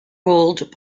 ruled